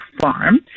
farm